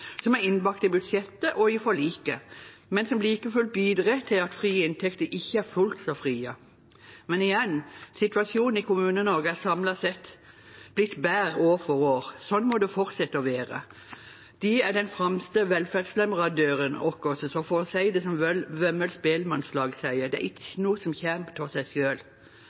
som er innbakt i budsjettet og i forliket, men som like fullt bidrar til at frie inntekter ikke er fullt så frie. Men igjen: Situasjonen i Kommune-Norge er samlet sett blitt bedre år for år. Sånn må det fortsette å være. De er den fremste velferdsleverandøren vår, og for å si det som Vømmøl Spellmannslag sier: «Det e itjnå som kjem tå sæ sjøl.»